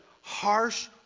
harsh